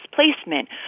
displacement